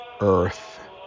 earth